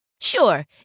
Sure